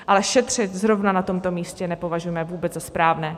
Ale šetřit zrovna na tomto místě nepovažujeme vůbec za správné.